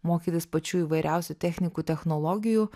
mokytis pačių įvairiausių technikų technologijų